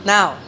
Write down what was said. Now